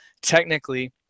Technically